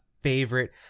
favorite